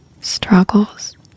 Struggles